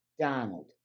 Donald